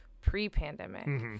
pre-pandemic